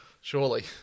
surely